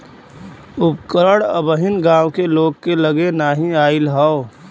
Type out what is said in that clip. उपकरण अबहिन गांव के लोग के लगे नाहि आईल हौ